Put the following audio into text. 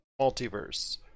Multiverse